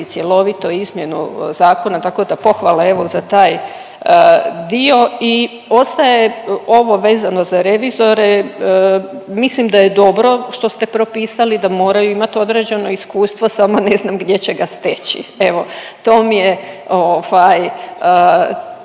cjelovitu izmjenu zakona tako da pohvala evo za taj dio. I ostaje ovo vezano za revizore, mislim da je dobro što ste propisali da moraju imati određeno iskustvo, samo ne znam gdje će ga steći. Evo to mi je, to